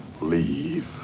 leave